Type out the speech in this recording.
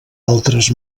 altres